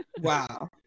wow